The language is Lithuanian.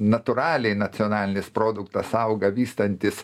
natūraliai nacionalinis produktas auga vystantis